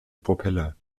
propeller